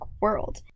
world